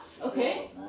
Okay